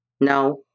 No